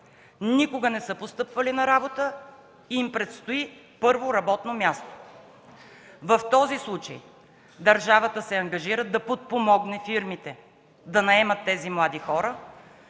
никога не са постъпвали на работа и им предстои първо работно място. В този случай държавата се ангажира да подпомогне фирмите да наемат тези млади хора,